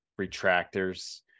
retractors